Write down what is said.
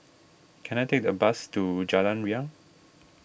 can I take a bus to Jalan Riang